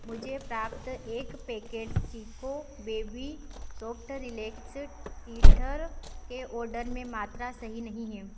मुझे प्राप्त एक packet Chicco baby soft relax teether के ऑर्डर में मात्रा सही नहीं है